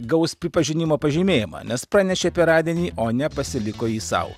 gaus pripažinimo pažymėjimą nes pranešė apie radinį o ne pasiliko jį sau